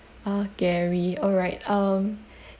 ah gary all right um